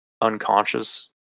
unconscious